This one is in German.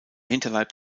hinterleib